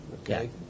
okay